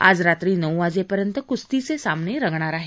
आज रात्री नऊ वाजेपर्यंत कुस्तीचे सामने रंगणार आहेत